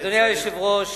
אדוני היושב-ראש,